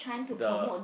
the